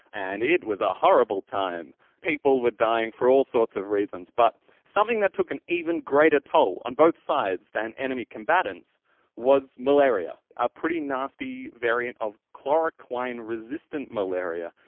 and it was a horrible time. people were dying for all sorts of reasons, but something that took an even greater toll on both sides than enemy combatants was malaria. a pretty nasty variant of chloroquine resistant malaria,